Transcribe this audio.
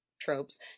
tropes